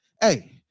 hey